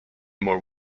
more